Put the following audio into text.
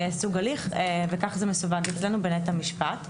סוג הליך וכך זה מסווג אצלנו בנט המשפט.